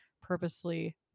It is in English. purposely